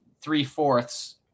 three-fourths